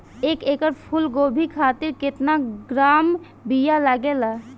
एक एकड़ फूल गोभी खातिर केतना ग्राम बीया लागेला?